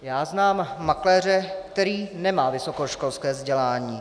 Já znám makléře, který nemá vysokoškolské vzdělání.